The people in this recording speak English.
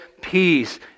peace